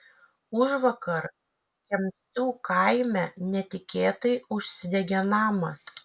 užvakar kemsių kaime netikėtai užsidegė namas